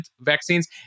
vaccines